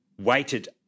waited